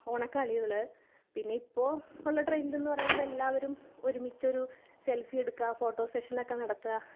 ഓണക്കളികൾ പിന്നെ ഇപ്പോൾ ഉള്ള ട്രെൻ്റ് എന്ന് പറയുന്നത് എല്ലാവരും ഒരുമിച്ച് ഒരു സെൽഫി എടുക്കുക ഫോട്ടോ സെക്ഷനൊക്കെ നടത്തുക